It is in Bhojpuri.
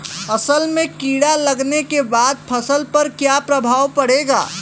असल में कीड़ा लगने के बाद फसल पर क्या प्रभाव पड़ेगा?